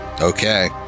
Okay